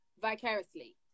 vicariously